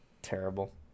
Terrible